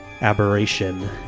aberration